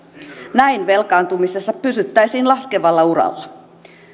näin velkaantumisessa pysyttäisiin laskevalla uralla